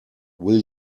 will